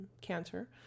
cancer